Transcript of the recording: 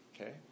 Okay